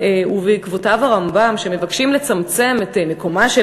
ובעקבותיו הרמב"ם מבקשים לצמצם את מקומה של